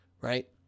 right